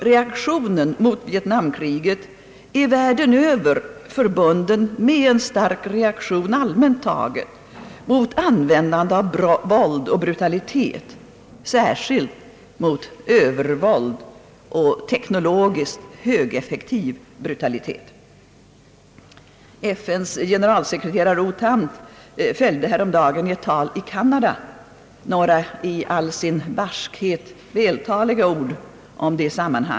Reaktionen mot vietnamkriget är över hela världen förbunden med en stark allmän reaktion mot användande av våld och brutalitet, särskilt mot övervåld och teknologiskt högeffektiv brutalitet. FN:s generalsekreterare U Thant fällde häromdagen i ett tal i Kanada några i all sin barskhet vältaliga ord om detta.